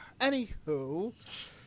anywho